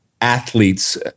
athletes